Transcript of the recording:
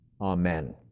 amen